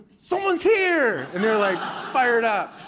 someone's here! and they're like fired up.